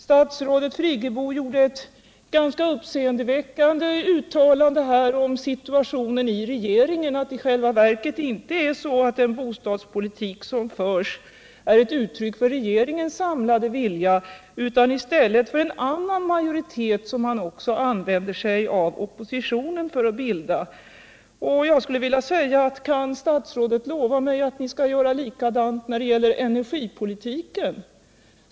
Statsrådet Friggebo gjorde ett uppseendeväckande uttalande om situationen i regeringen, nämligen att den bostadspolitik som förs inte är ett uttryck för regeringens samlade vilja, utan i stället bygger på en annan majoritet och man använder sig av oppositionen för att bilda denna. Kan statsrådet lova mig att ni skall göra likadant när det gäller energipolitiken?